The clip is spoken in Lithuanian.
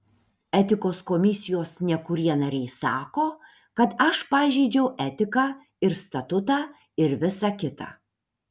etikos komisijos nekurie nariai sako kad aš pažeidžiau etiką ir statutą ir visa kita